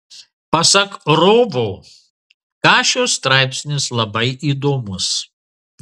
pasak rovo kašio straipsnis labai įdomus